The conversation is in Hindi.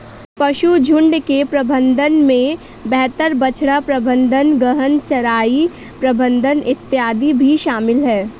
पशुझुण्ड के प्रबंधन में बेहतर बछड़ा प्रबंधन, गहन चराई प्रबंधन इत्यादि भी शामिल है